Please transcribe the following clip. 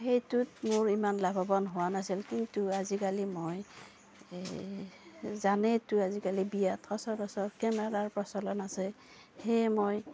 সেইটোত মোৰ ইমান লাভৱান হোৱা নাছিল কিন্তু আজিকালি মই এই জানেইতো আজিকালি বিয়াত সচৰাচৰ কেমেৰাৰ প্ৰচলন আছে সেয়ে মই